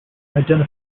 identify